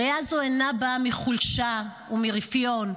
קריאה זו אינה באה מחולשה או מרפיון,